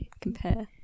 compare